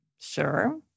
Sure